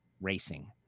racing